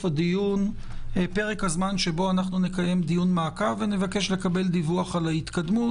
הדיון פרק הזמן שבו נקיים דיון מעקב ונבקש לקבל דיווח על ההתקדמות.